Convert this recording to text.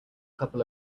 couple